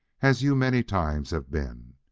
as you many times have been.